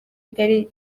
kigali